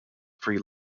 free